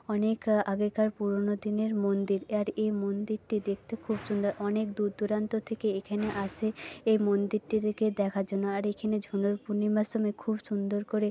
অনেক আগেকার পুরনো দিনের মন্দির আর এ মন্দিরটি দেখতে খুব সুন্দর অনেক দূর দূরান্ত থেকে এখানে আসে এই মন্দিরটিকে দেখার জন্য আর এখানে ঝুলন পূর্ণিমার সময় খুব সুন্দর করে